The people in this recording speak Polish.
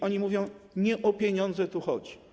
Oni mówią: nie o pieniądze tu chodzi.